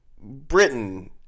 britain